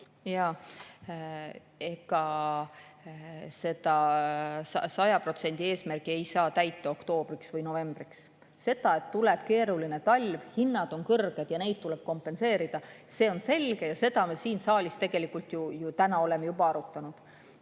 Jaa. Ega seda 100% eesmärki ei saa täita oktoobriks või novembriks. See, et tuleb keeruline talv, hinnad on kõrged ja neid tuleb kompenseerida, on selge. Seda me siin saalis oleme täna juba arutanud.